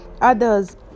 others